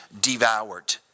devoured